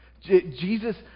Jesus